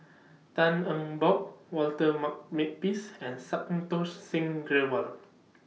Tan Eng Bock Walter Ma Makepeace and Santokh Singh Grewal